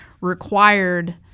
required